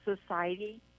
society